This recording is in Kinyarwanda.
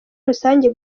rusange